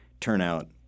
turnout